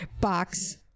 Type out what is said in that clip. box